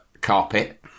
carpet